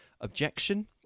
objection